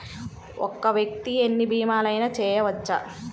ఒక్క వ్యక్తి ఎన్ని భీమలయినా చేయవచ్చా?